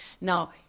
Now